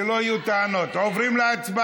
שלא יהיו טענות, עוברים להצבעה.